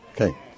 Okay